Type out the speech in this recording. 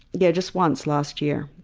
yeah just once, last year.